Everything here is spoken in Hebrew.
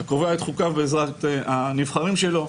הקובע את חוקיו בעזרת הנבחרים שלו.